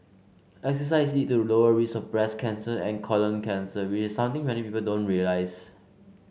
exercise lead a lower risk of breast cancer and colon cancer which something many people don't realise